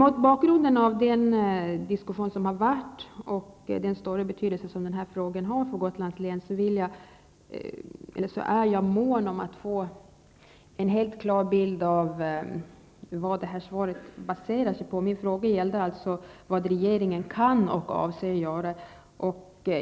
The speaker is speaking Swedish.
Mot bakgrund av den diskussion som har förekommit och den stora betydelse som denna fråga har för Gotlands län är jag mån om att få en helt klar bild av vad detta svar baserar sig på. Min interpellation gällde vad regeringen kan och avser göra.